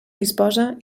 disposa